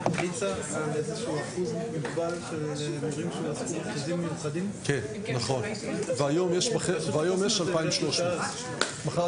15:00.